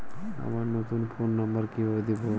আমার নতুন phone number কিভাবে দিবো?